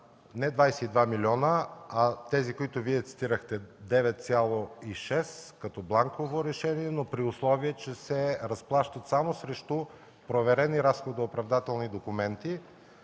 не 22 милиона, а тези, които Вие цитирахте – 9 млн. 600 хил. лв. като бланково решение, при условие че се разплаща само срещу проверени разходо-оправдателни документи,